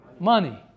Money